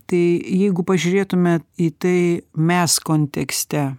tai jeigu pažiūrėtume į tai mes kontekste